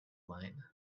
line